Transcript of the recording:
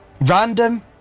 Random